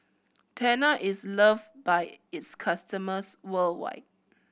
tena is loved by its customers worldwide